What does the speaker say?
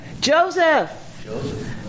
Joseph